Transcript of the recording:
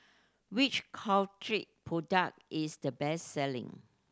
which Caltrate product is the best selling